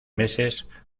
meses